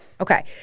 okay